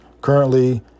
Currently